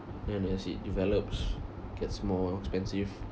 and as it develops gets more expensive